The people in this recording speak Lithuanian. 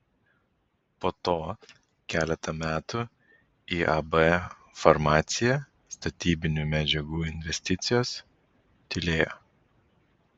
po to keletą metų iab farmacija statybinių medžiagų investicijos tylėjo